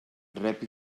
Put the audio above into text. rep